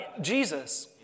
Jesus